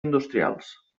industrials